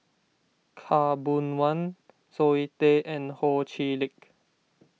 Khaw Boon Wan Zoe Tay and Ho Chee Lick